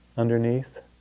underneath